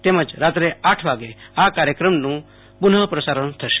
તેમજ રાત્રે આઠ વાગ્ય આ કાયકમનું પુનઃપ્રસારણ થશે